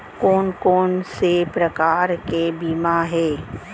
कोन कोन से प्रकार के बीमा हे?